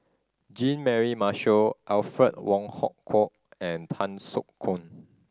Jean Mary Marshall Alfred Wong Hong Kwok and Tan Soo Khoon